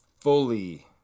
fully